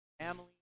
Family